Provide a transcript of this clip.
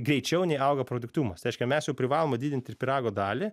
greičiau nei auga produktyvumas tai reiškia mes jau privalome didinti ir pyrago dalį